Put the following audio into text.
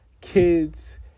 kids